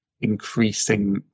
increasing